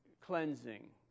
cleansing